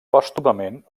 pòstumament